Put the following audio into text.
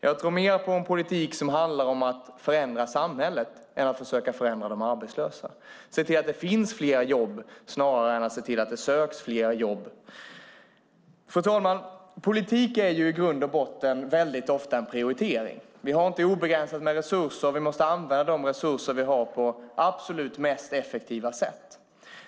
Jag tror mer på en politik som handlar om att förändra samhället än på att försöka förändra de arbetslösa, att se till att det finns fler jobb snarare än att se till att det söks fler jobb. Fru talman! Politik är i grund och botten ofta en fråga om prioritering. Vi har inte obegränsat med resurser, och vi måste använda de resurser vi har på det absolut mest effektiva sättet.